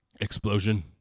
explosion